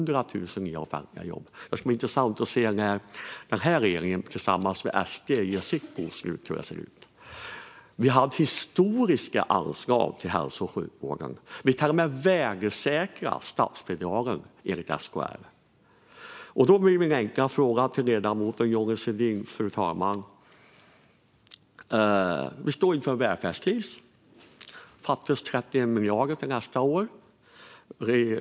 Det ska bli intressant att se hur det ser ut när den här regeringen tillsammans med SD gör sitt bokslut. Vi hade historiska anslag till hälso och sjukvården. Vi till och med värdesäkrade statsbidragen, enligt SKR. Jag vill ställa en enkel fråga till ledamoten Johnny Svedin, fru talman. Vi står inför en välfärdskris. Det fattas 31 miljarder för nästa år.